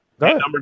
Number